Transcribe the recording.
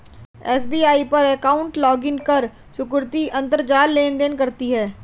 SBI पर account login कर सुकृति अंतरजाल लेनदेन करती है